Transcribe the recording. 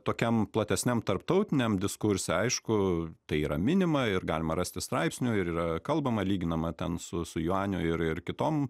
tokiam platesniam tarptautiniam diskurse aišku tai yra minima ir galima rasti straipsnių ir yra kalbama lyginama ten su su juaniu ir ir kitom